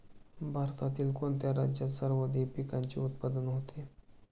भारतातील कोणत्या राज्यात सर्वाधिक पिकाचे उत्पादन होते?